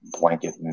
blanket